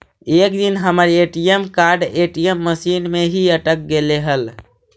एक दिन हमर ए.टी.एम कार्ड ए.टी.एम मशीन में ही अटक गेले हल